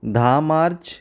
धा मार्च